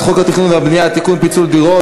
30, אין מתנגדים, נמנע אחד.